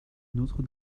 notre